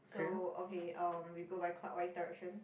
so okay um we go by clockwise direction